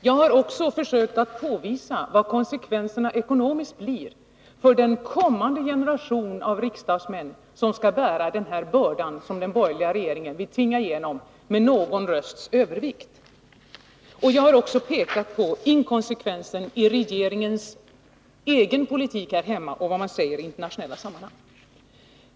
Jag har också försökt att påvisa vad konsekvenserna ekonomiskt blir för den kommande generation av riksdagsmän som skall bära bördan som följer av det beslut som den borgerliga regeringen vill tvinga igenom med någon rösts övervikt. Jag har också pekat på inkonsekvensen i regeringens egen politik här hemma i förhållande till det man säger i internationella sammanhang.